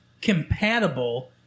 compatible